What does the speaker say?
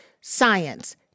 science